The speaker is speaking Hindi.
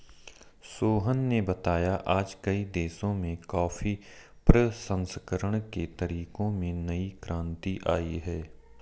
सोहन ने बताया आज कई देशों में कॉफी प्रसंस्करण के तरीकों में नई क्रांति आई है